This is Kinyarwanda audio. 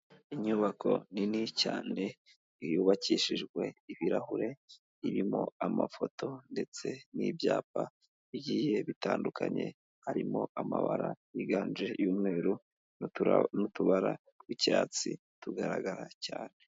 Inyubako nini cyane yubakishijwe ibirahure irimo amafoto ndetse n'ibyapa bigiye bitandukanye harimo amabara yiganje y'umweru n'utubara tw'icyatsi tugaragara cyane.